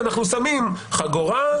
אנחנו שמים חגורה,